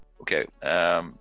Okay